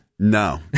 No